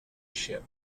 ship